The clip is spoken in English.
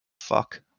Fuck